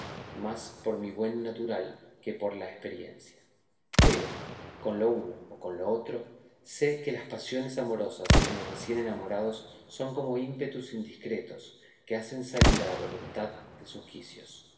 más por mi buen natural que por la esperiencia pero con lo uno o con lo otro sé que las pasiones amorosas en los recién enamorados son como ímpetus indiscretos que hacen salir a la voluntad de sus quicios